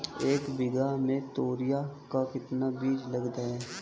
एक बीघा में तोरियां का कितना बीज लगता है?